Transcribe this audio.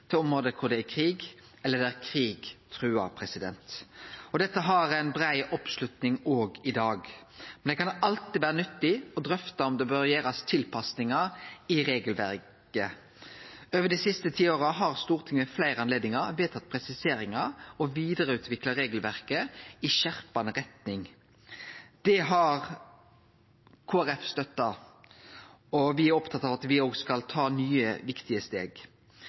til område der det er krig, eller der krig truar. Dette har brei oppslutning òg i dag, men det kan alltid vere nyttig å drøfte om det bør gjerast tilpassingar i regelverket. Over dei siste ti åra har Stortinget ved fleire anledningar vedtatt presiseringar og vidareutvikla regelverket i skjerpande retning. Det har Kristeleg Folkeparti støtta, og me er opptatt av at me skal ta nye viktige steg.